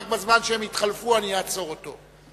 רק בזמן שהם יתחלפו, אני אעצור אותו.